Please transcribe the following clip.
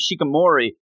Shikamori